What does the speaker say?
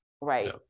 Right